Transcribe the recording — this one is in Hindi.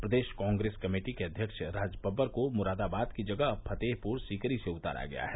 प्रदेश कांग्रेस कमेटी के अध्यक्ष राजबबर को मुरादाबाद की जगह अब फतेहपुर सीकरी से उतारा गया है